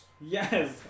Yes